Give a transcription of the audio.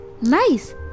Nice